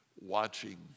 watching